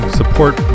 support